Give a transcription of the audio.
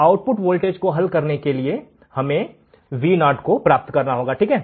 output voltage को हल करने के लिए हमें Vo को प्राप्त करना होगा ठीक है